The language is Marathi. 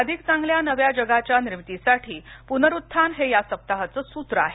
अधिक चांगल्या नव्या जगाच्या निर्मितीसाठी पुनरुत्थान हे या सप्ताहाचं सूत्र आहे